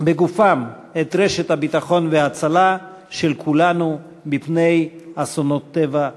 בגופם את רשת הביטחון וההצלה של כולנו מפני אסונות טבע,